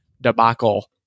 debacle